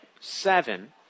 seven